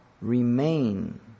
remain